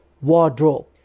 wardrobe